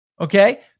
okay